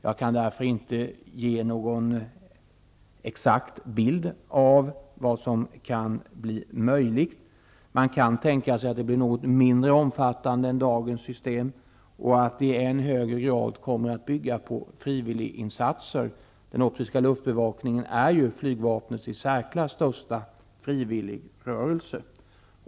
Jag kan därför inte ge någon exakt bild av vad som kan bli möjligt. Man kan tänka sig att det blir något mindre omfattande än dagens system och att det i än högre grad kommer att bygga på frivilliginsatser. Den optiska luftbevakningen är ju flygvapnets i särklass största frivilligrörelse.